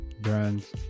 brands